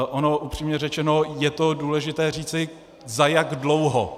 Ono, upřímně řečeno, je důležité říci, za jak dlouho.